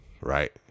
right